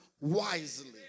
wisely